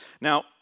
Now